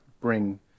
bring